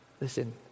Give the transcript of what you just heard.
listen